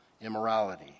immorality